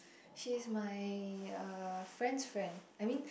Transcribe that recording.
she is my uh friend's friend I mean